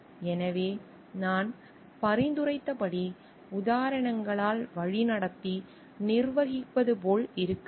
எனவே நான் பரிந்துரைத்தபடி உதாரணங்களால் வழிநடத்தி நிர்வகிப்பது போல் இருக்க வேண்டும்